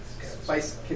spice